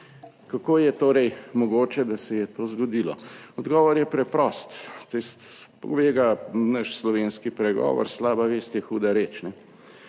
Kako je torej mogoče, da se je to zgodilo? Odgovor je preprost, pove ga naš, slovenski pregovor: "Slaba vest je huda reč."